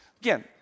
Again